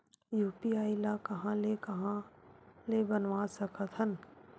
UPI ल कहां ले कहां ले बनवा सकत हन?